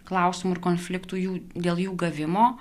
klausimų ir konfliktų jų dėl jų gavimo